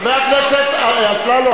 חבר הכנסת אפללו,